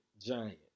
giant